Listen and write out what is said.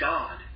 God